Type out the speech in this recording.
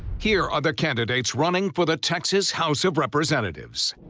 here are the candidates running for the texas house of representatives.